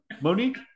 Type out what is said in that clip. Monique